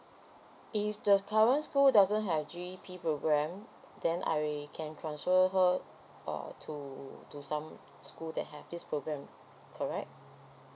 if the current school doesn't have G_E_P program then I can transfer her uh to to some school that have this program correct